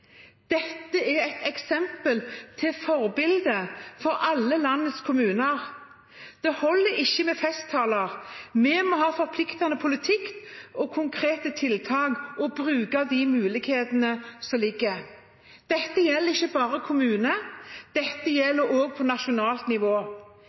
Dette er et eksempel til etterfølgelse for alle landet kommuner. Det holder ikke med festtaler; vi må ha forpliktende politikk og konkrete tiltak og bruke de mulighetene som foreligger. Dette gjelder ikke bare kommuner, dette